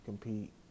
compete